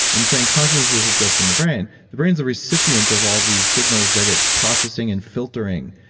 and saying consciousness is just in the brain, the brain is a recipient of all these signals that it's processing and filtering.